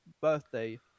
birthday